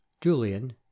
Julian